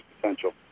potential